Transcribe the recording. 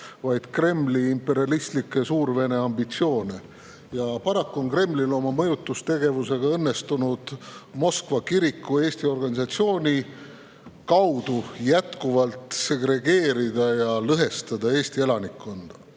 vaid Kremli imperialistlikke Suur-Vene ambitsioone. Ja paraku on Kremlil oma mõjutustegevusega õnnestunud Moskva kiriku Eesti organisatsiooni kaudu jätkuvalt segregeerida, lõhestada Eesti elanikkonda. Märtsi